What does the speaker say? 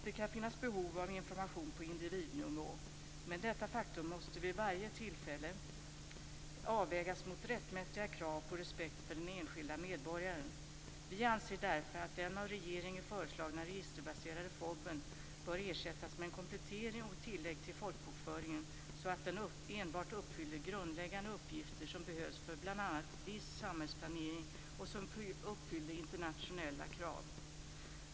Det kan finnas behov av information på individnivå men detta faktum måste vid varje tillfälle avvägas mot rättmätiga krav på respekt för den enskilde medborgaren. Vi anser därför att den av regeringen föreslagna registerbaserade FOB:en bör ersättas med en komplettering och ett tillägg till folkbokföringen så att den enbart uppfyller grundläggande uppgifter som behövs för bl.a. viss samhällsplanering och som uppfyller internationella krav.